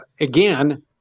again